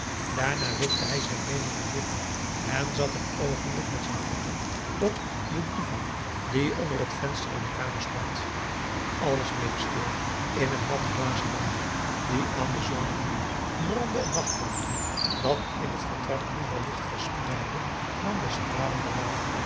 daarna wipte hij zijn beenen naar binnen en zat een oogenblik met zijn voeten op den divan die onder het venster in de kamer stond alles bleef stil in een matglazen ballon die aan den zolder hing brandde een nachtlampje dat in het vertrek minder licht verspreidde dan de stralen der maan